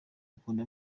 gukunda